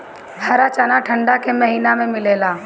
हरा चना ठंडा के महिना में मिलेला